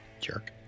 Jerk